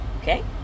Okay